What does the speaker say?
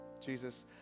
Jesus